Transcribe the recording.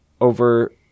over